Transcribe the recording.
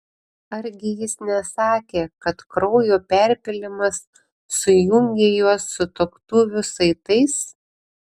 argi jis nesakė kad kraujo perpylimas sujungė juos sutuoktuvių saitais